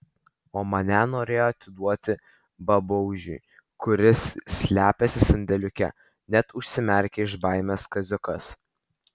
o mane norėjo atiduoti babaužiui kuris slepiasi sandėliuke net užsimerkė iš baimės kaziukas